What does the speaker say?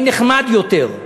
מי נחמד יותר,